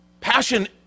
Passion